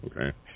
okay